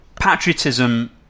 Patriotism